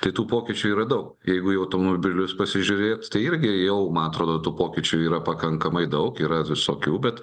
tai tų pokyčių yra daug jeigu į automobilius pasižiūrėt tai irgi jau man atrodo tų pokyčių yra pakankamai daug yra visokių bet